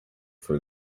for